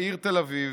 בעיר תל אביב,